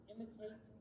Imitate